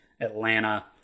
Atlanta